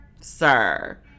Sir